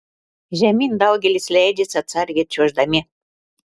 žemyn daugelis leidžiasi atsargiai čiuoždami